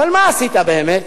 אבל מה עשית באמת?